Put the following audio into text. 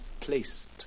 placed